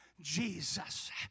Jesus